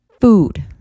food